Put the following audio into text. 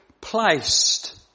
placed